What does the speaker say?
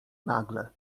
nagle